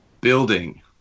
Building